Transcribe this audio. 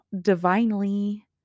divinely